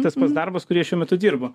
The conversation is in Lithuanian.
tas pats darbas kurį aš šiuo metu dirbu